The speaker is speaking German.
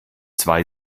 zwei